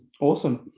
Awesome